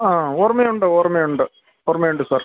ആ ഓർമയുണ്ട് ഓർമയുണ്ട് ഓർമയുണ്ട് സാർ